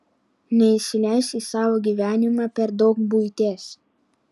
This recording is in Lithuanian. neįsileisk į savo gyvenimą per daug buities